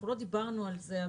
לא דיברנו על זה,